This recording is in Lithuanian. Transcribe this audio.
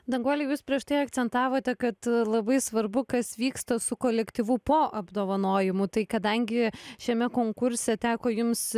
danguole jūs prieš tai akcentavote kad labai svarbu kas vyksta su kolektyvu po apdovanojimų tai kadangi šiame konkurse teko jums